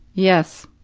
yes.